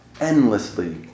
endlessly